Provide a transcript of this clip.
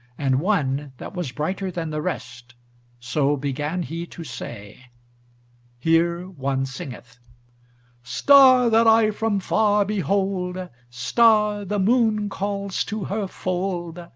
and one that was brighter than the rest so began he to say here one singeth star, that i from far behold, star, the moon calls to her fold,